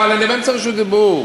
אבל אני באמצע רשות דיבור.